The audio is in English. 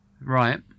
Right